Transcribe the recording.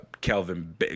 Kelvin